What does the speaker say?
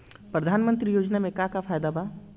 प्रधानमंत्री योजना मे का का फायदा बा?